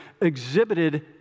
exhibited